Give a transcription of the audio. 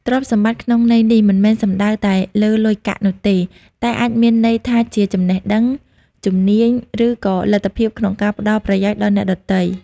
ទ្រព្យសម្បត្តិក្នុងន័យនេះ មិនមែនសំដៅតែលើលុយកាក់នោះទេ តែអាចមានន័យថាជាចំណេះដឹង ជំនាញ ឬក៏លទ្ធភាពក្នុងការផ្តល់ប្រយោជន៍ដល់អ្នកដទៃ។